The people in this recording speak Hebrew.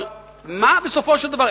אבל מה בסופו של דבר,